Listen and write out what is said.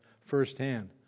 firsthand